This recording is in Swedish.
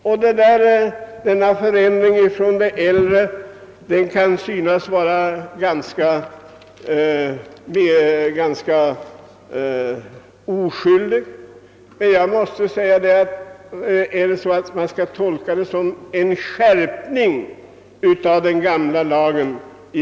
Formuleringen i den äldre lydelsen kan synas ganska oskyldig, men jag måste fråga, om detta kan tolkas såsom en skärpning av den gamla lagen.